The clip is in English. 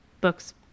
books